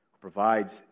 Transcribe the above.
provides